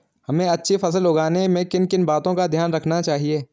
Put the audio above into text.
हमें अच्छी फसल उगाने में किन किन बातों का ध्यान रखना चाहिए?